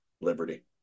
Liberty